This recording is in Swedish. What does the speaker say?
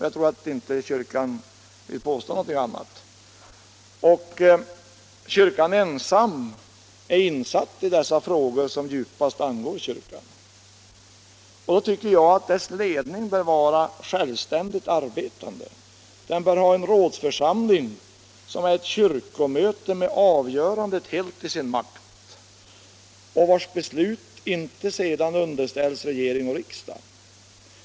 Jag tror inte att kyrkan vill påstå någonting annat, och kyrkan ensam är insatt i dessa frågor som djupast angår kyrkan. Därför tycker jag att dess ledning bör vara självständigt arbetande. Kyrkan bör ha en rådsförsamling som är ett kyrkomöte med avgörandet helt i sin makt och vars beslut inte sedan underställs regering och riksdag.